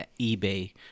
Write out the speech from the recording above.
eBay